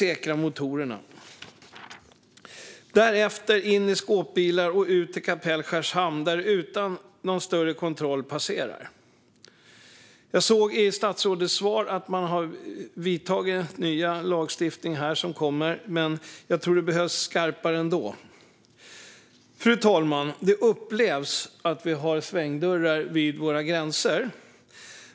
Därefter lyfts de in i skåpbilar som kör till Kapellskärs hamn och utan kontroll kan lämna landet. I sitt svar nämnde statsrådet den nya lagstiftningen, men jag tror att den behöver vara skarpare ändå. Fru talman! Det upplevs att vi har svängdörrar vid våra gränser.